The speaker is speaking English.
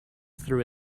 through